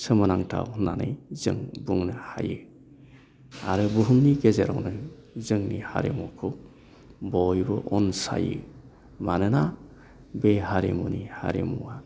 सोमोनांथाव होननानै जों बुंनो हायो आरो बुहुमनि गेजेरावनो जोंनि हारिमुखौ बयबो अनसायो मानोना बे हारिमुनि हारिमुआ